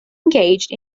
engaged